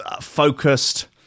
focused